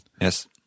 Yes